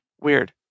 weird